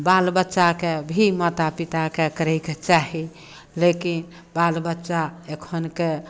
बाल बच्चाकेँ भी माता पिताके करयके चाही लेकिन बाल बच्चा एखनके